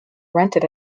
rented